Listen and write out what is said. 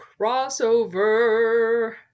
crossover